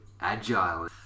agile